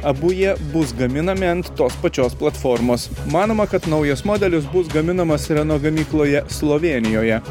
abu jie bus gaminami ant tos pačios platformos manoma kad naujas modelis bus gaminamas reno gamykloje slovėnijoje